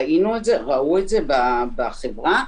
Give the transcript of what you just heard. ראו את זה בחברה.